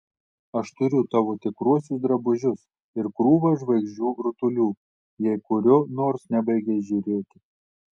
aš turiu tavo tikruosius drabužius ir krūvą žvaigždžių rutulių jei kurio nors nebaigei žiūrėti